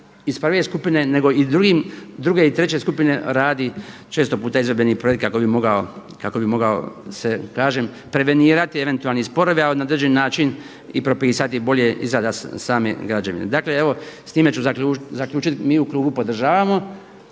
iz prve skupine, nego druge i treće skupine radi često puta izvedbeni projekt kako bi mogao kažem prevenirati eventualni sporovi, a na određeni način i propisati bolja izrada same građevine. Dakle evo s time ću zaključiti. Mi u klubu podržavamo